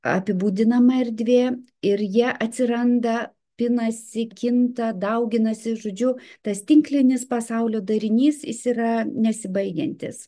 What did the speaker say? apibūdinama erdvė ir jie atsiranda pinasi kinta dauginasi žodžiu tas tinklinis pasaulio darinys jis yra nesibaigiantis